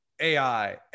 AI